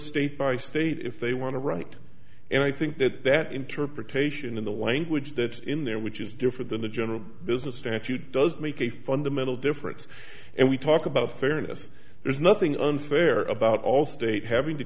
state by state if they want to right and i think that that interpretation in the language that in there which is different than the general business statute does make a fundamental difference and we talk about fairness there's nothing unfair about allstate having to